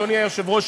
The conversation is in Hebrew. אדוני היושב-ראש,